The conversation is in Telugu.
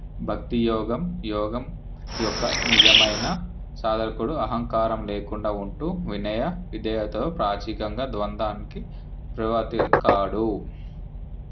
భక్తి యోగం యోగం యొక్క నిజమైన సాధకుడు అహంకారం లేకుండా ఉంటూ వినయ విధేయతలు పాచికంగా ద్వందానికి ప్రభావితం కాడు